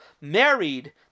married